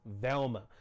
Velma